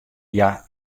hja